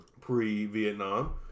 pre-Vietnam